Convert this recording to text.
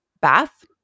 bath